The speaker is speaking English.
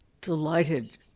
delighted